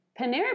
Panera